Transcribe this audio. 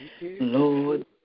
Lord